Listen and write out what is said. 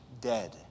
dead